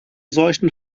solchen